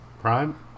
Prime